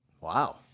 Wow